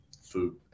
food